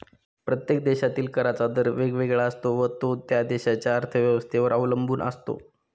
प्रत्येक देशातील कराचा दर वेगवेगळा असतो व तो त्या देशाच्या अर्थव्यवस्थेवर अवलंबून असतो